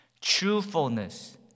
Truthfulness